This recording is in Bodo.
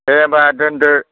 दे होनब्ला दोनदो